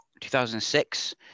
2006